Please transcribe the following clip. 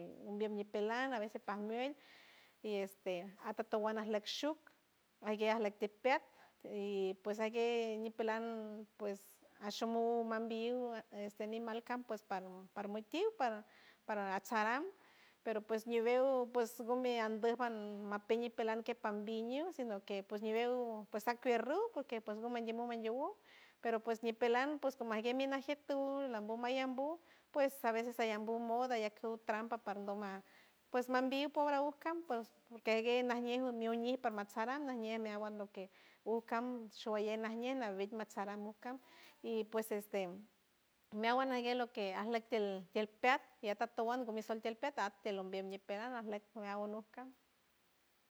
Mbiem ñipelan a veces pajmuelt y este atatuan ajleck shuj ajgue ajleck tipeack y pues ajgue ñipelan pues ashom muj mambilliw este nimal campo es par parmitiw par- par atsaram pero pues ñiwew pues gumi anduj ajn mapeñ ñipelan kej pambiñiw sino que ps ñiwew pues akier uj porque ps ngo mandiem mu mandiem uj pero ps ñipelan pues ngo majñe mi najiet tuj lango mallambu pues a veces sayambu modo ayackuw trampa par ndoma ps mabilliw pobre a uj cam ps porque ajguey najñe mi uñij parmatsaram najñe meawan lo que uj cam showalley najñe nawit matsaram mujcam y pues este meawan ajgue lo que ajleck tiel tiel peat y atatuan ngumi sol tiel peat at tiel ombiem ñipelan ajleck meawan noj cam.